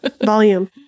Volume